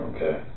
Okay